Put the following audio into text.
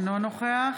אינו נוכח